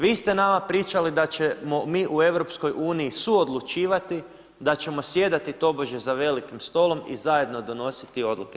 Vi ste nama pričali da ćemo mi u EU suodlučivati, da ćemo sjedati tobože za velikim stolom i zajedno donositi odluke.